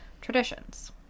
traditions